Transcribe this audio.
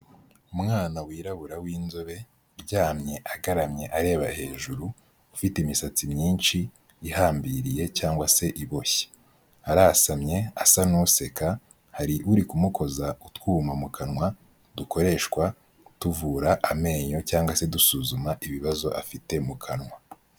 Umwana wirabura w'inzobe uryamye agaramye areba hejuru, ufite imisatsi myinshi ihambiriye cyangwa se iboshye, arasamye asa n'useka, hari uri kumukoza utwuma mu kanwa dukoreshwa tuvura amenyo, cyangwa se dusuzuma ibibazo afite mu kanwa.